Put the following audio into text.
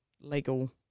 legal